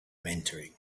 entering